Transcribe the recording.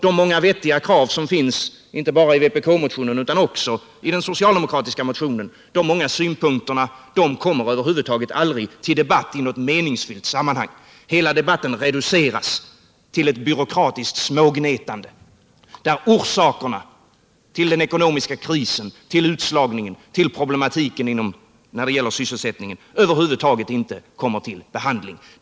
De många vettiga krav och synpunkter som finns inte bara i vpk-motionen utan också i den socialdemokratiska motionen kommer över huvud taget aldrig till debatt i något meningsfullt sammanhang. Hela debatten reduceras till ett byråkratiskt smågnetande, där orsakerna till den ekonomiska krisen, utslagningen och problematiken när det gäller sysselsättningen över huvud taget inte kommer till behandling.